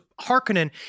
Harkonnen